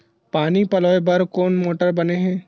पानी पलोय बर कोन मोटर बने हे?